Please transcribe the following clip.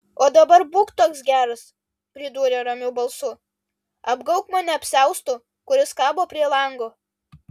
o dabar būk toks geras pridūrė ramiu balsu apgaubk mane apsiaustu kuris kabo prie lango